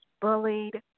bullied